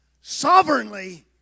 sovereignly